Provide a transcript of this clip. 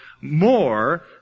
more